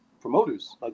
promoters